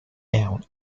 down